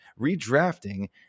redrafting